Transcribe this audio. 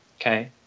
okay